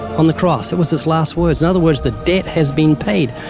on the cross, that was his last words. in other words, the debt has been paid.